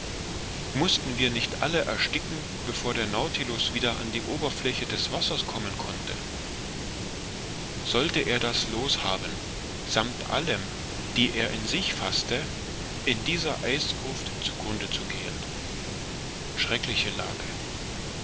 mußten wir nicht alle ersticken bevor der nautilus wieder an die oberfläche des wassers kommen konnte sollte er das loos haben sammt allem die er in sich faßte in dieser eisgruft zu grunde zu gehen schreckliche lage